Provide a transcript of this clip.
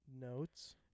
Notes